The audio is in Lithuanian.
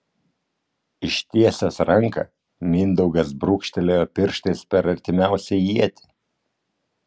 ištiesęs ranką mindaugas brūkštelėjo pirštais per artimiausią ietį